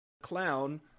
clown